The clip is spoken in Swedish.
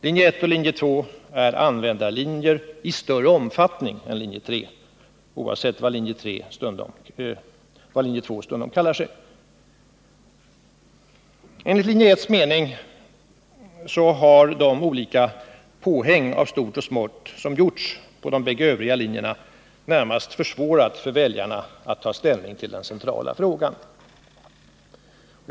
Linje 1 och linje 2 är användarlinjer i större omfattning än linje 3, oavsett vad linje 2 stundom kallar sig. Enligt linje 1:s mening har de olika påhäng av stort och smått som gjorts på de båda andra linjerna närmast försvårat för väljarna att ta ställning till den centrala frågan.